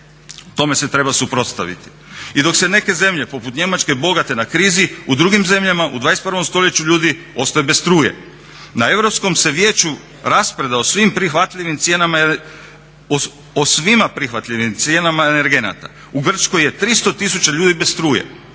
Tome se treba suprotstaviti. I dok se neke zemlje, poput Njemačke, bogate na krizi u drugim zemljama u 21. stoljeću ljudi ostaju bez struje. Na Europskom se vijeću raspreda o svim prihvatljivim cijenama energenata. U Grčkoj je 300 tisuća ljudi bez struje.